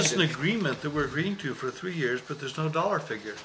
is an agreement that we're reading to you for three years but there's no dollar figure